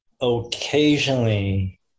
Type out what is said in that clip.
occasionally